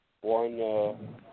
one